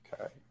Okay